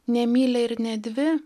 ne mylią ir ne dvi